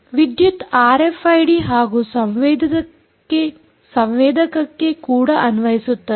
ವಿದ್ಯುತ್ ಆರ್ಎಫ್ಐಡಿ ಹಾಗೂ ಸಂವೇದಕಕ್ಕೆ ಕೂಡ ಅನ್ವಯಿಸುತ್ತದೆ